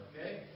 okay